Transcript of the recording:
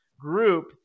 group